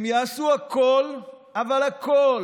הם יעשו הכול, אבל הכול,